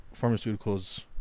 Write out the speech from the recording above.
Pharmaceuticals